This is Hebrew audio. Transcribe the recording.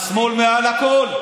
השמאל מעל הכול.